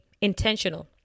intentional